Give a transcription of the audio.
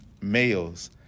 males